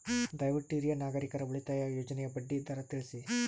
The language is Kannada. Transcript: ದಯವಿಟ್ಟು ಹಿರಿಯ ನಾಗರಿಕರ ಉಳಿತಾಯ ಯೋಜನೆಯ ಬಡ್ಡಿ ದರ ತಿಳಸ್ರಿ